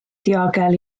diogel